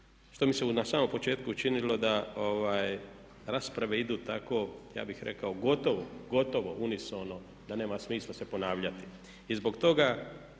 što mi se na samom početku činilo da rasprave idu tako, ja bih rekao gotovo, gotovo unisono da nema smisla se ponavljati.